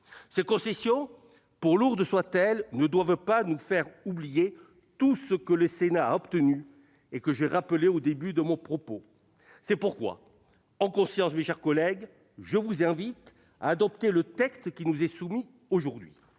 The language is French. Ces concessions, pour lourdes soient-elles, ne doivent pas nous faire oublier tout ce que le Sénat a obtenu et que j'ai rappelé au début de mon propos. C'est pourquoi en conscience, mes chers collègues, je vous invite à adopter le texte qui nous est soumis aujourd'hui.